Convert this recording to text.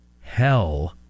hell